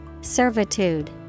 Servitude